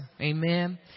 Amen